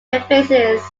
emphasized